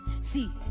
see